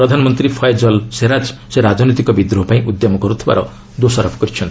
ପ୍ରଧାନମନ୍ତ୍ରୀ Fayez al Sarraj ସେ ରାଜନୈତିକ ବିଦ୍ରୋହ ପାଇଁ ଉଦ୍ୟମ କର୍ତ୍ତିଥିବାର ଦୋଷରୋପ କରିଛନ୍ତି